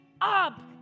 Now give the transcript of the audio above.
up